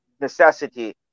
necessity